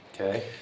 Okay